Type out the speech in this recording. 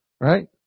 Right